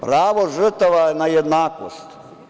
Pravo žrtava je na jednakost.